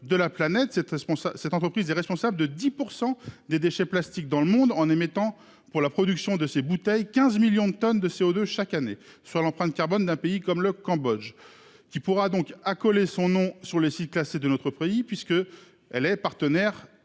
responsable. Cette entreprise est responsable de 10% des déchets plastiques dans le monde en émettant pour la production de ces bouteilles, 15 millions de tonnes de CO2 chaque année, soit l'empreinte carbone d'un pays comme le Cambodge qui pourra donc collé son nom sur les sites classés de notre pays puisque elle est partenaire